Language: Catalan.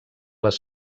les